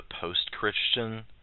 post-Christian